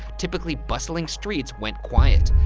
typically bustling streets went quiet.